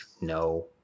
No